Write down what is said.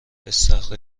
استخر